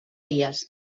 dies